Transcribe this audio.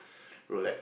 Rolex